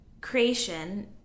creation